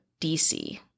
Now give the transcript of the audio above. DC